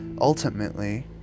ultimately